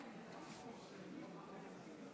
הצעת חוק שירות לאומי-אזרחי (תיקון,